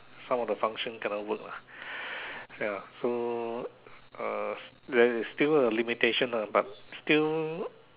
some of the function cannot work lah ya so there is still a limitation lah but still